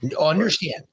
Understand